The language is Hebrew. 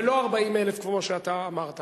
ולא 40,000 כמו שאתה אמרת.